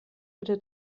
bitte